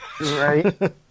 Right